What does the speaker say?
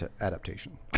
adaptation